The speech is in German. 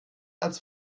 als